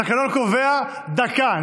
התקנון קובע דקה.